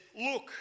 look